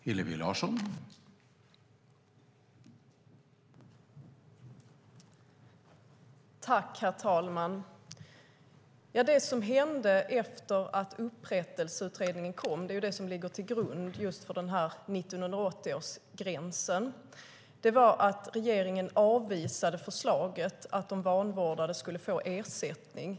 Herr talman! Det som hände efter att Upprättelseutredningen kom, som ligger till grund för 1980-gränsen, var att regeringen avvisade förslaget att de vanvårdade skulle få ersättning.